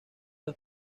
los